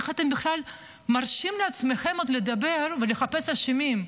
איך אתם בכלל מרשים לעצמכם עוד לדבר ולחפש אשמים?